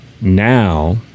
now